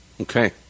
Okay